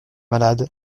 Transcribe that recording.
malade